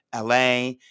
LA